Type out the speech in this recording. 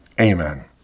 amen